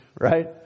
Right